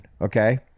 okay